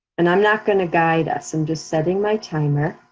and i'm not gonna guide us, i'm just setting my timer.